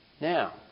Now